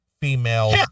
female